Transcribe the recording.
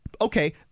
Okay